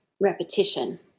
repetition